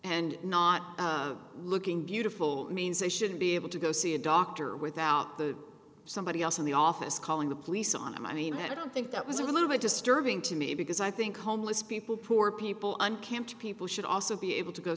and not looking beautiful means they shouldn't be able to go see a doctor without the somebody else in the office calling the police on him i mean i don't think that was a little bit disturbing to me because i think homeless people poor people on camp people should also be able to go